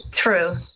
True